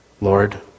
Lord